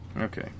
Okay